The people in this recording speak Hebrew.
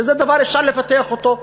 וזה דבר שאפשר לפתח אותו.